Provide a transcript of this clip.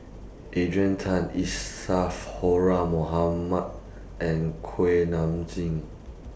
Adrian Tan Isadhora Mohamed and Kuak Nam Jin